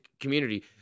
community